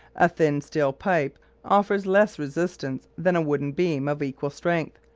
a thin steel pipe offers less resistance than a wooden beam of equal strength,